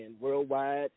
worldwide